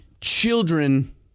children